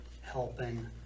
helping